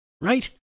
right